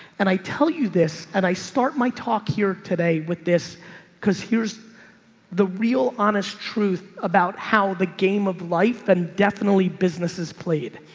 and i tell you this and i start my talk here today with this cause. here's the real honest truth about how the game of life and definitely businesses played.